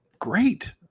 Great